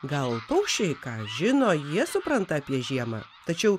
gal paukščiai ką žino jie supranta apie žiemą tačiau